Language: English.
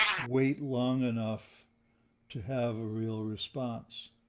wait long enough to have a real response.